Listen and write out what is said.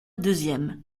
deuxième